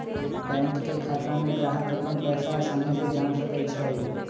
bank के खाता में ग्राहक अप्पन पैसा असानी से जान सकई छई